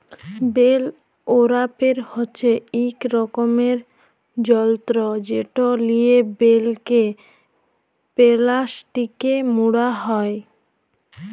bell wrapper হছে ইক রকমের যল্তর যেট লিয়ে বেলকে পেলাস্টিকে মুড়া হ্যয়